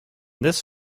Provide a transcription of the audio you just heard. this